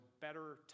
better